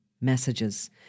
messages